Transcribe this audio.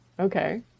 Okay